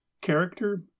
character